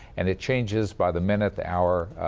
and it changes by the minute, the hour,